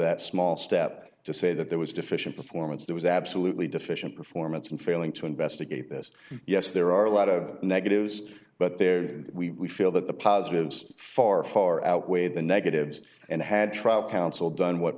that small step to say that there was deficient performance there was absolutely deficient performance in failing to investigate this yes there are a lot of negatives but there we feel that the positives far far outweigh the negatives and i had trial counsel done what